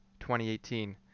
2018